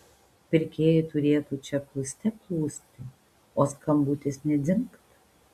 pirkėjai turėtų čia plūste plūsti o skambutis nė dzingt